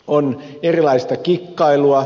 on kikkailua